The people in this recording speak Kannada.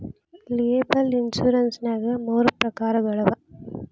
ಲಿಯೆಬಲ್ ಇನ್ಸುರೆನ್ಸ್ ನ್ಯಾಗ್ ಮೂರ ಪ್ರಕಾರಗಳವ